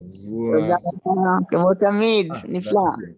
תודה רבה, כמו תמיד, נפלא.